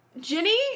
Jenny